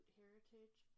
heritage